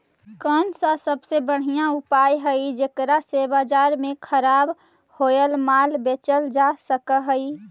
कौन सा सबसे बढ़िया उपाय हई जेकरा से बाजार में खराब होअल माल बेचल जा सक हई?